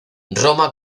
roma